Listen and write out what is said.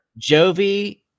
Jovi